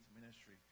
ministry